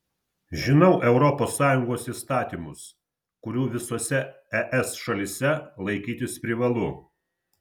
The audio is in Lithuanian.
žinau europos sąjungos įstatymus kurių visose es šalyse laikytis privalu